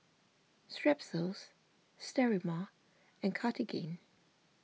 Strepsils Sterimar and Cartigain